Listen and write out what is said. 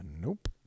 Nope